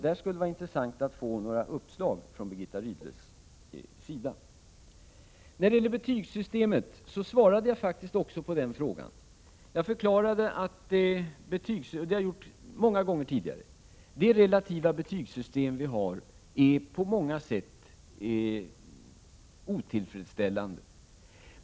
Det skulle vara intressant att få några uppslag från Birgitta Rydle. Jag svarade faktiskt också på frågan om betygssystemet. Jag förklarade — och det har jag gjort många gånger tidigare — att det relativa betygssystem vi har på många sätt är otillfredsställande.